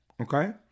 okay